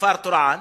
כפר טורעאן,